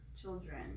children